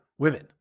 women